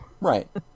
Right